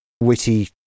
witty